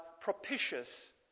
propitious